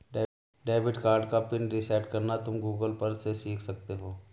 debit card का PIN reset करना तुम गूगल पर से सीख सकते हो